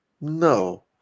No